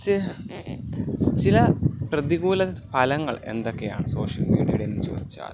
ച്ച് ചില പ്രതികൂല ഫലങ്ങൾ എന്തൊക്കെയാണ് സോഷ്യൽ മീഡിയയുടേതെന്ന് ചോദിച്ചാൽ